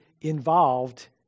involved